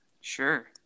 Sure